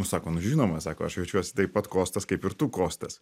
sako nu žinoma sako aš jaučiuosi taip pat kostas kaip ir tu kostas